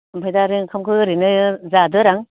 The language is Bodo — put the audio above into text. आमफ्राय दा आरो ओंखामखौ ओरैनो जादों आरो आं